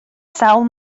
sawl